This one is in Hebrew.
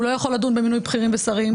הוא לא יכול לדון במינוי בכירים ושרים;